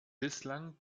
bislang